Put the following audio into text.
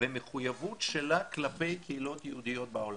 והמחויבות שלה כלפי הקהילות היהודיות בעולם,